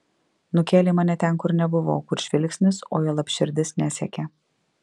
nukėlei mane ten kur nebuvau kur žvilgsnis o juolab širdis nesiekė